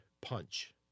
punch